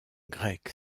grec